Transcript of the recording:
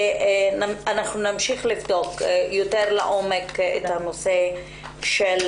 שנמשיך לבדוק יותר לעומק את הנושא של